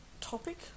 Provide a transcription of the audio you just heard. topic